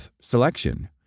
selection